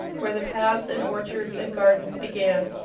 where the paths and orchards and gardens began.